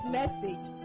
message